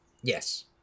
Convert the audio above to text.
Yes